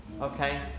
okay